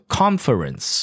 conference